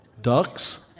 ducks